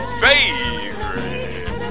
favorite